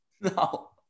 No